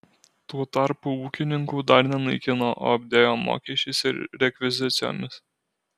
tuo tarpu ūkininkų dar nenaikino o apdėjo mokesčiais ir rekvizicijomis